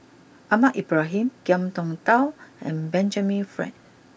Ahmad Ibrahim Ngiam Tong Dow and Benjamin Frank